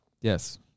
Yes